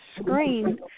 screen